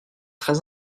très